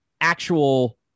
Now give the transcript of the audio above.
actual